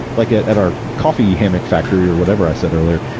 like at at our coffee hammock factory, or whatever i said earlier,